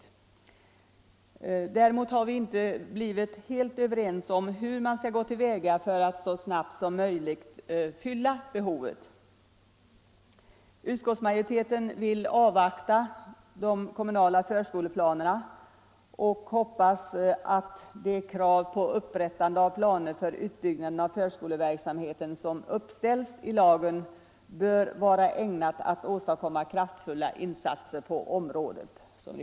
Däremot är vi i utskottet inte helt överens om hur man skall gå till väga för att så snabbt som möjligt tillgodose detta behov. Utskottsmajoriteten vill avvakta de kommunala förskoleplanerna och säger i betänkandet att ”det krav på upprättande av planer för utbyggnaden av förskoleverksamheten som uppställs i lagen bör vara ägnat att åstadkomma kraftfulla insatser på området”.